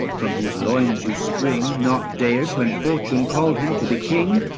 from whose loins you spring, not dared, when fortune called him to be king,